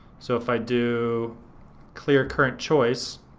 so if i do clear current choice,